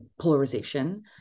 polarization